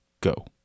go